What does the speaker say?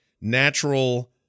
natural